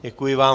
Děkuji vám.